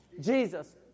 Jesus